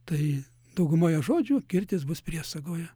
tai daugumoje žodžių kirtis bus priesagoje